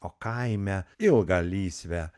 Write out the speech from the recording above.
o kaime ilgą lysvę